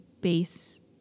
base